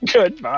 Goodbye